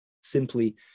simply